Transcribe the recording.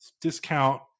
discount